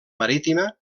marítima